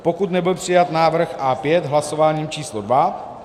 pokud nebyl přijat návrh A5 hlasováním č. dvě